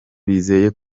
bizeye